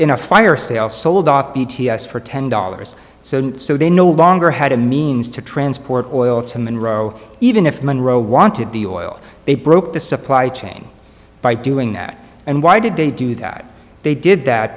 in a fire sale sold off b t s for ten dollars so so they no longer had the means to transport oil to monroe even if monroe wanted the oil they broke the supply chain by doing that and why did they do that they did that